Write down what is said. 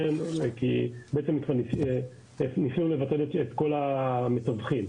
כי ניסינו לבטל את כל המתווכים.